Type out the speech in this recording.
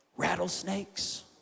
rattlesnakes